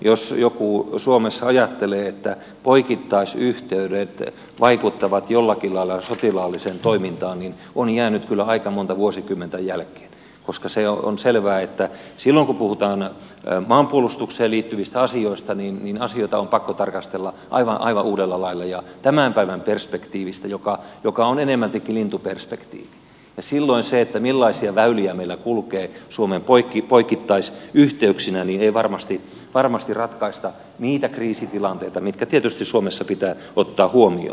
jos joku suomessa ajattelee että poikittaisyhteydet vaikuttavat jollakin lailla sotilaalliseen toimintaan niin on jäänyt kyllä aika monta vuosikymmentä jälkeen koska on selvää että silloin kun puhutaan maanpuolustukseen liittyvistä asioista asioita on pakko tarkastella aivan uudella lailla ja tämän päivän perspektiivistä joka on enemmältikin lintuperspektiivi ja silloin sillä millaisia väyliä meillä kulkee suomen poikittaisyhteyksinä ei varmasti ratkaista niitä kriisitilanteita mitkä tietysti suomessa pitää ottaa huomioon